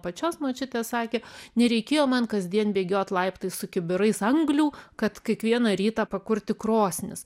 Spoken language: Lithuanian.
pačios močiutė sakė nereikėjo man kasdien bėgiot laiptais su kibirais anglių kad kiekvieną rytą pakurti krosnis